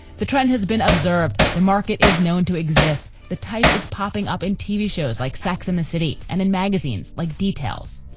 the trend has been observed. the market is known to exist. the type is popping up in tv shows like sex and the city and in magazines like details.